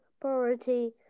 priority